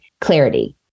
clarity